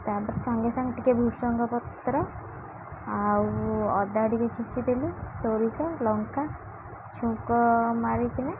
ତାପରେ ସାଙ୍ଗେ ସାଙ୍ଗେ ଟିକେ ଭୂସଙ୍ଗ ପତ୍ର ଆଉ ଅଦା ଟିକେ ଛେଚିଦେଲି ସୋରିଷ ଲଙ୍କା ଛୁଙ୍କ ମାରିକିନା